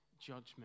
judgment